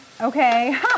okay